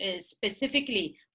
specifically